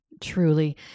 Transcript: Truly